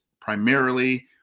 primarily